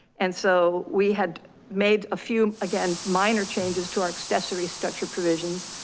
and so we had made a few again, minor changes to our accessory structure provisions.